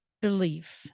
belief